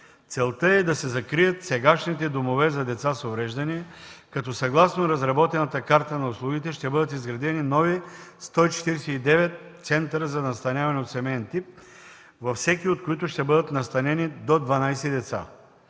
Целта е да се закрият сегашните домове за деца с увреждания, като съгласно разработената карта на услугите ще бъдат изградени нови 149 центъра за настаняване от семеен тип, във всеки от които ще бъдат настанени до 12 деца.